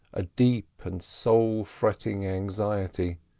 a deep and soul-fretting anxiety,